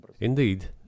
Indeed